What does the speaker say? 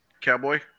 Cowboy